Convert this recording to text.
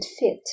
fit